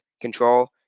control